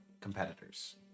competitors